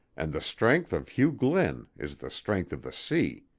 and the strength of hugh glynn is the strength of the sea.